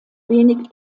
wenig